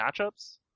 matchups